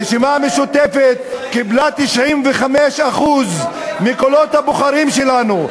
הרשימה המשותפת קיבלה 95% מקולות הבוחרים שלנו.